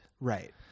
right